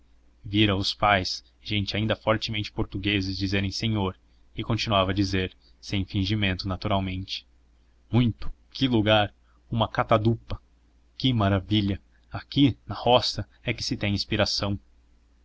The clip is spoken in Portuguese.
vira os pais gente ainda fortemente portuguesa dizer senhor e continuava a dizer sem fingimento naturalmente muito que lugar uma catadupa que maravilha aqui na roça é que se tem inspiração